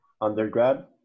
undergrad